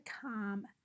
calm